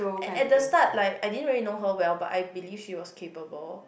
at at the start like I didn't really know her well but I believe she was capable